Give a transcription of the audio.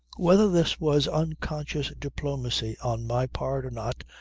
whether this was unconscious diplomacy on my part, or not,